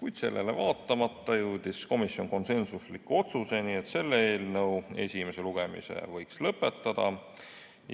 Kuid sellele vaatamata jõudis komisjon konsensuslikule otsusele, et selle eelnõu esimese lugemise võiks lõpetada